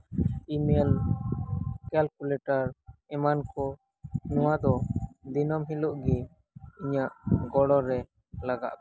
email calculator ᱮᱢᱟᱱ ᱠᱚ ᱱᱚᱶᱟ ᱫᱚ ᱫᱤᱱᱟᱹᱢ ᱦᱤᱞᱚᱜ ᱜᱮ ᱤᱧᱟᱹᱜ ᱜᱚᱲᱚᱨᱮ ᱞᱟᱜᱟᱜ ᱠᱟᱱᱟ